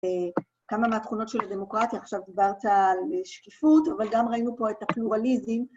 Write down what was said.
כמה מהתכונות של הדמוקרטיה, עכשיו דיברת על שקיפות, אבל גם ראינו פה את הפלורליזם.